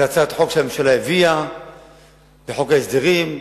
זה הצעת חוק שהממשלה הביאה בחוק ההסדרים.